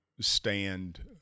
stand